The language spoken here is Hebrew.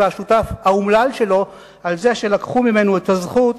והשותף האומלל שלו על זה שלקחו ממנו את הזכות